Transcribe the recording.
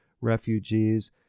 Refugees